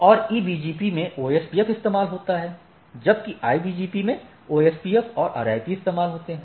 और EBGP में OSPF इस्तेमाल होता हैजबकि IBGP के लिए OSPF और RIP इस्तेमाल होते हैं